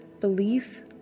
beliefs